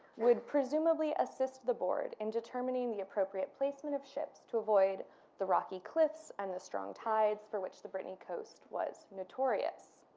would presumably assist the board in determining the appropriate placement of ships to avoid the rocky cliffs and the strong tides for which the brittany coast was notorious.